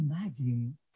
imagine